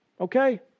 Okay